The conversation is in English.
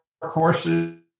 courses